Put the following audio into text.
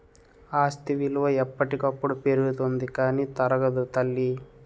ఆస్తి విలువ ఎప్పటికప్పుడు పెరుగుతుంది కానీ తరగదు తల్లీ